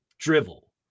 drivel